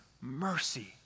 mercy